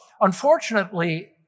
Unfortunately